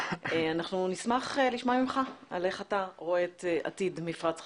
אנחנו נשמח לשמוע ממך על איך אתה רואה את עתיד מפרץ חיפה.